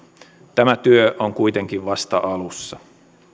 tämä työ on kuitenkin vasta alussa